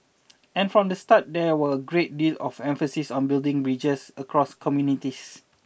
and from the start there were a great deal of emphasis on building bridges across communities